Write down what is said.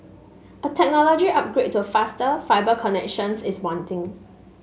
a technology upgrade to faster fibre connections is wanting